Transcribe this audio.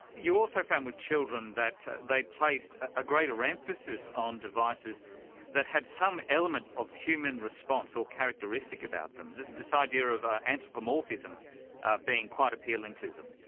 you also found with children that they placed a greater emphasis on devices that had some element of human response or characteristic about them this idea of ah anthromorphormism ah being quite appealing to them.